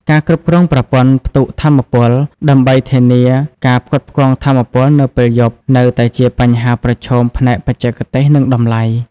ការគ្រប់គ្រងប្រព័ន្ធផ្ទុកថាមពល ដើម្បីធានាការផ្គត់ផ្គង់ថាមពលនៅពេលយប់ នៅតែជាបញ្ហាប្រឈមផ្នែកបច្ចេកទេស និងតម្លៃ។